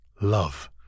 love